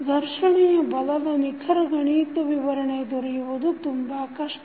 ಘರ್ಷಣೆಯ ಬಲದ ನಿಖರ ಗಣಿತ ವಿವರಣೆ ದೊರೆಯುವುದು ತುಂಬಾ ಕಷ್ಟ